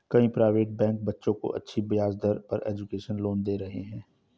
कई private bank बच्चों को अच्छी ब्याज दर पर एजुकेशन लोन दे रहे है